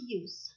use